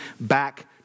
back